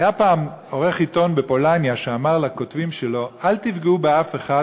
היה פעם עורך עיתון בפולניה שאמר לכותבים שלו: אל תפגעו באף אחד,